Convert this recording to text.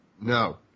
No